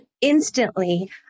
instantly